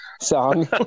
song